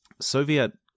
Soviet